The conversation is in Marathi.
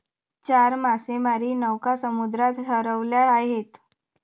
चार मासेमारी नौका समुद्रात हरवल्या आहेत